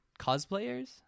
Cosplayers